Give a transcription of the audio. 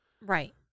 Right